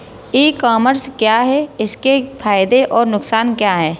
ई commerce क्या है इसके फायदे और नुकसान क्या है?